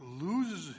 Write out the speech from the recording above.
loses